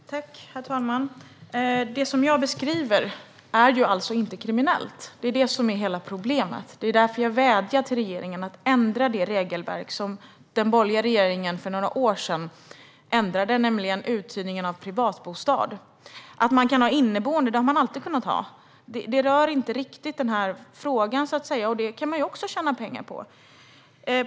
Herr talman! Det som jag beskriver är inte kriminellt. Det är problemet. Det är därför jag vädjar till regeringen att ändra det regelverk som den borgerliga regeringen för några år sedan införde, nämligen uthyrningen av privatbostad. Det har alltid varit möjligt att ha inneboende. Det rör inte riktigt frågan. Det kan man också tjäna pengar på.